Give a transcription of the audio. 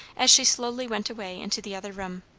as she slowly went away into the other room.